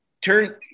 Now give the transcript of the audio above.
Turn